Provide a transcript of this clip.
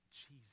Jesus